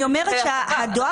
אני אומרת שהיות